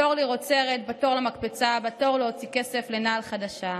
// בתור לראות סרט / בתור למקפצה / בתור להוציא כסף לנעל חדשה.